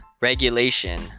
regulation